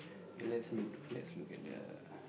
okay let's look let's look at the